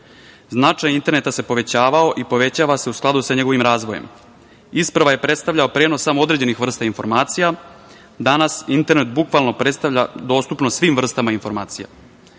Značaj interneta se povećavao i povećava se u skladu sa njegovim razvojem. Isprva je predstavljao prenos samo određenih vrsta informacija. Danas internet bukvalno predstavlja dostupnost svim vrstama informacija. Prednosti